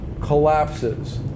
collapses